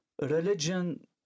religion